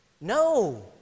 No